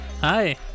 Hi